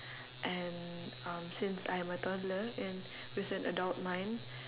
and um since I am a toddler and with an adult mind